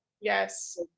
Yes